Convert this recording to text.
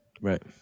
Right